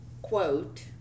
quote